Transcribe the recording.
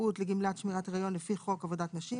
זכאות לגמלת שמירת הריון לפי חוק עבודת נשים,